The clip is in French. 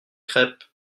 crèpes